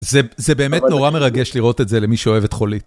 זה באמת נורא מרגש לראות את זה למי שאוהב את חולית.